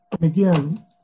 Again